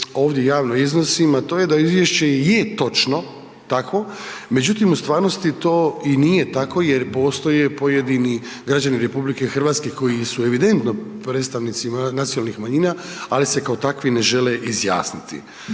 ovdje javno iznosim a to je da izvješće je točno takvo međutim u stvarnosti to i nije tako jer postoje pojedini građani RH koji su evidentno predstavnici nacionalnih manjina ali se kao takvi ne žele izjasniti.